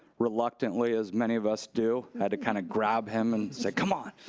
reluctantly, as many of us do. had to kind of grab him and say, come on!